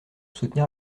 soutenir